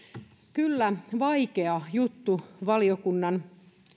kyllä vaikea juttu valiokunnan